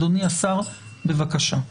אדוני השר, בבקשה.